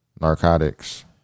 narcotics